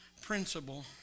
principle